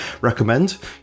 recommend